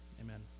Amen